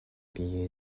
биеэ